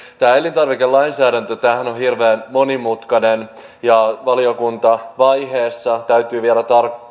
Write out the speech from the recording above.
tämä elintarvikelainsäädäntöhän on hirveän monimutkainen ja valiokuntavaiheessa täytyy vielä